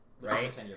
right